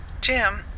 Jim